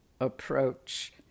approach